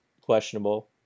questionable